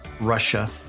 Russia